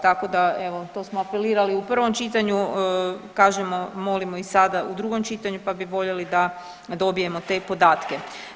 Tako da evo to smo apelirali u prvom čitanju, kažemo, molimo i sada u drugom čitanju pa bi voljeli da dobijemo te podatke.